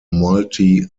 multi